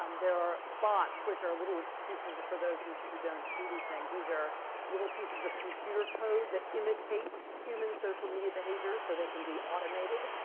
um there are bots, which are little pieces, for those who who don't do these things, these are little pieces of computer code that imitate human social media behavior so they can be automated.